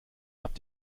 habt